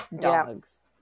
dogs